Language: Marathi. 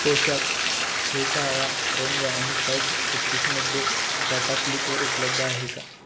पोशाख हे काळा रंग आणि साईज छत्तीसमध्ये टाटाक्लिकवर उपलब्ध आहे का